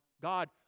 god